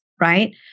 right